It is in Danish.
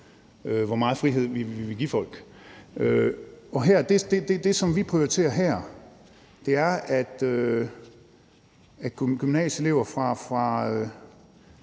hvor meget frihed vi vil give folk. Det, som vi prioriterer her, er, at gymnasierne